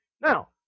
Now